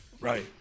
right